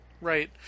Right